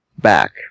back